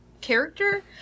character